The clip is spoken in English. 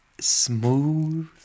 smooth